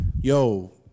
Yo